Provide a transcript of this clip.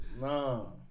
no